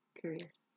Curious